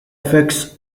effects